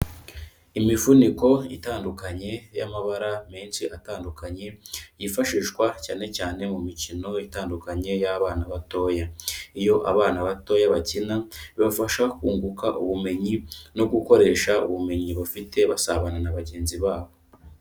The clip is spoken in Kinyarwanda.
Imifuniko itandukanye y'amabara menshi atandukanye, yifashishwa cyane cyane mu mikino itandukanye y'abana batoya, iyo abana batoya bakina bibafasha kunguka ubumenyi no gukoresha ubumenyi bafite basabana na bagenzi babo.